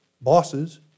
bosses